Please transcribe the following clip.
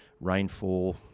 rainfall